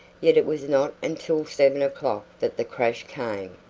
yet it was not until seven o'clock that the crash came,